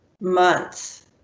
months